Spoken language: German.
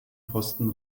posten